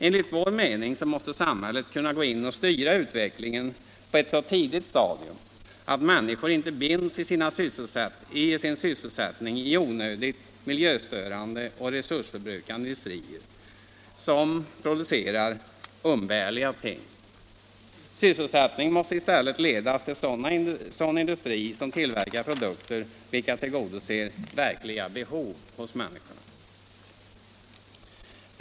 Enligt vår mening måste samhället kunna gå in och styra utvecklingen på ett så tidigt stadium att människor inte binds i sin sysselsättning i onödigt miljöstörande och resursförbrukande industrier som producerar umbärliga ting. Sysselsättningen måste i stället ledas till sådan industri som tillverkar produkter vilka tillgodoser verkliga behov hos människorna.